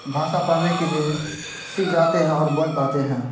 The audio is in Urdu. بھاشا پڑھنے کے لیے سیکھ جاتے ہیں اور بول پاتے ہیں